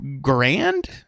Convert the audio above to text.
Grand